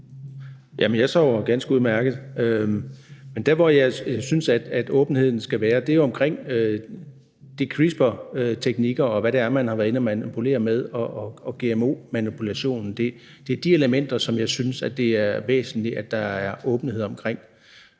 jeg sover ganske udmærket. Men der, hvor jeg synes åbenheden skal være, er i forbindelse med CRISPR-teknikker, gmo-manipulation, og hvad det er, man har været inde at manipulere med. Det er de elementer, som jeg synes det er væsentligt der er åbenhed om.